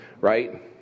right